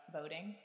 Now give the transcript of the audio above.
voting